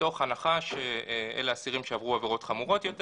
מתוך הנחה שאלה אסירים שעברו עבירות חמורות יותר